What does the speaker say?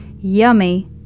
Yummy